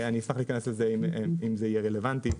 אשמח להיכנס לזה אם זה יהיה רלבנטי.